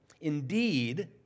Indeed